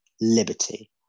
Liberty